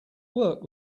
work